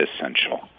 essential